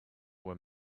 there